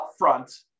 upfront